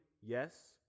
yes